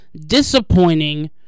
disappointing